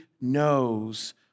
knows